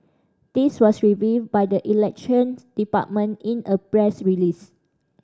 this was revealed by the Election Department in a press release